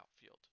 outfield